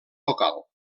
local